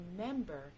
remember